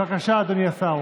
בבקשה, אדוני השר.